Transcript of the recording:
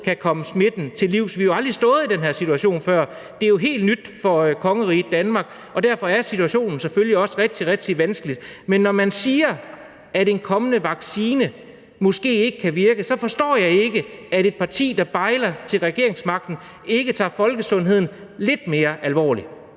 kan komme smitten til livs. Vi har jo aldrig stået i den her situation før; det er jo helt nyt for kongeriget Danmark, og derfor er situationen selvfølgelig også rigtig, rigtig vanskelig. Men når man siger, at en kommende vaccine måske ikke kan virke, så forstår jeg ikke, at et parti, der bejler til regeringsmagten, ikke tager folkesundheden lidt mere alvorligt.